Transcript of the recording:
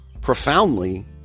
profoundly